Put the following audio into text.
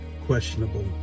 questionable